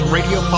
Radio